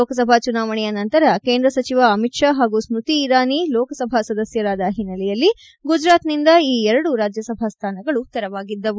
ಲೋಕಸಭಾ ಚುನಾವಣೆಯ ನಂತರ ಕೇಂದ್ರ ಸಚಿವ ಅಮಿತ್ ಶಾ ಹಾಗೂ ಸ್ಮತಿ ಇರಾನಿ ಲೋಕಸಭಾ ಸದಸ್ಯರಾದ ಹಿನ್ನೆಲೆಯಲ್ಲಿ ಗುಜರಾತ್ನಿಂದ ಈ ಎರಡು ರಾಜ್ಯಸಭಾ ಸ್ಥಾನಗಳು ತೆರವಾಗಿದ್ದವು